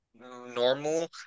normal